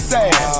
Sad